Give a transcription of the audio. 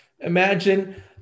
Imagine